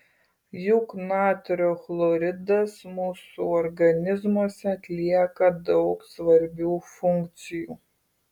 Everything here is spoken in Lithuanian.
juk natrio chloridas mūsų organizmuose atlieka daug svarbių funkcijų